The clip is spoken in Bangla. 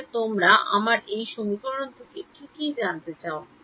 তাহলে তোমরা আমার এই সমীকরণ থেকে কি কি জানতে চাও